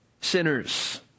sinners